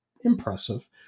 impressive